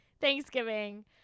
Thanksgiving